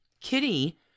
Kitty